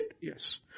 Yes